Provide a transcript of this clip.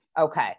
Okay